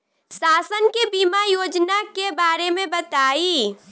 शासन के बीमा योजना के बारे में बताईं?